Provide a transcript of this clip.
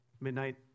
midnight